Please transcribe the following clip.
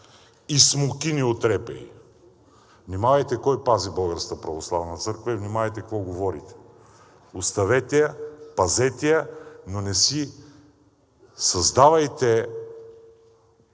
и смокини от репеи?“ Внимавайте кой пази Българската православна църква и внимавайте какво говорите! Оставете я! Пазете я, но не си създавайте